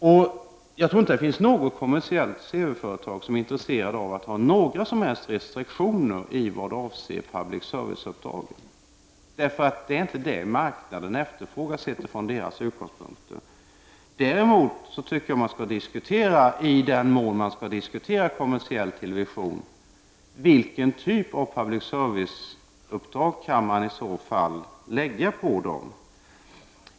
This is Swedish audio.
Jag tror inte att det finns något kommersiellt TV-företag som är intresserat av att ha några som helst restriktioner i fråga om public service-uppdragen. Det är nämligen inte det som marknaden efterfrågar sett från deras utgångspunkter. Däremot tycker jag att man, i den mån man skall diskutera kommersiell television, skall diskutera vilken typ av public service-uppdrag man i så fall kan lägga på dem.